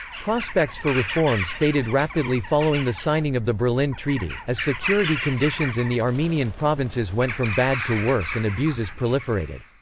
prospects for reforms faded rapidly following the signing of the berlin treaty, as security conditions in the armenian provinces went from bad to worse and abuses proliferated.